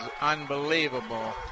unbelievable